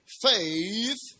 faith